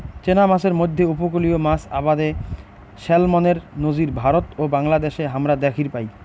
চেনা মাছের মইধ্যে উপকূলীয় মাছ আবাদে স্যালমনের নজির ভারত ও বাংলাদ্যাশে হামরা দ্যাখির পাই